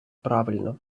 правильно